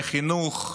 לחינוך,